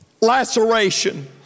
laceration